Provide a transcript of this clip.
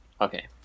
Okay